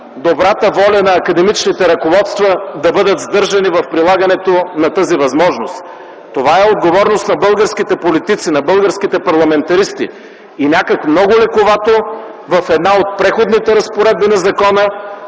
добрата воля на академичните ръководства – да бъдат сдържани в прилагането на тази възможност. Това е отговорност на българските политици, на българските парламентаристи. И някак много лековато в една от Преходните разпоредби на закона,